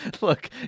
Look